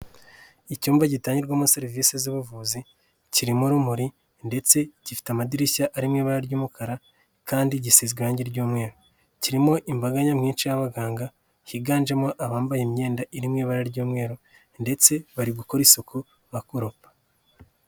Icyumba gitangirwamo serivisi z'ubuvuzi, kirimo urumuri ndetse gifite amadirishya arimo ibara ry'umukara kandi gisize irangi ry'umweru, kirimo imbaga nyamwinshi y'abaganga higanjemo abambaye imyenda irimo ibara ry'umweru ndetse bari gukora isuku bakoropa.